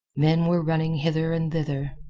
men were running hither and thither.